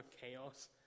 chaos